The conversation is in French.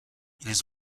ils